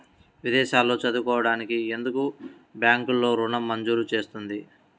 విదేశాల్లో చదువుకోవడానికి ఎందుకు బ్యాంక్లలో ఋణం మంజూరు చేస్తుంది?